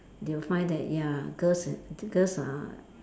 they will find that ya girls girls are